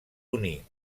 unir